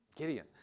Gideon